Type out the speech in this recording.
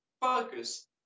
focus